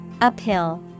Uphill